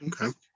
Okay